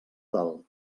del